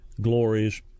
glories